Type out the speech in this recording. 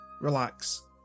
relax